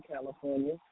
California